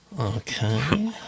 Okay